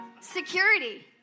security